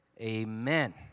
Amen